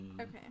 Okay